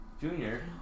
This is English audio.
Junior